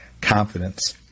confidence